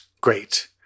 Great